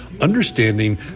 understanding